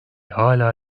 hâlâ